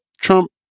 Trump